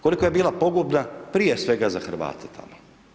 Koliko je bila pogubna, prije svega za Hrvate tamo?